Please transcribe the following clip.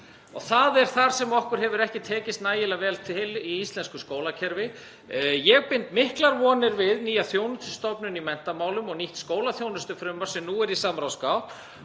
Það er þar sem okkur hefur ekki tekist nægilega vel til í íslensku skólakerfi. Ég bind miklar vonir við nýja þjónustustofnun í menntamálum og nýtt skólaþjónustufrumvarp sem nú er í samráðsgátt